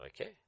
Okay